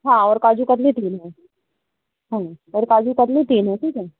हाँ और काजू कतली तीन हैं हाँ और काजू कतली तीन हैं ठीक है